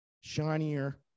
shinier